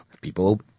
people-